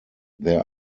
there